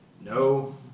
No